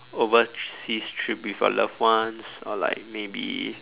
overseas trip with your loved ones or like maybe